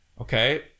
Okay